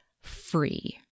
free